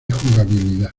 jugabilidad